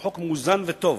הוא חוק מאוזן וטוב.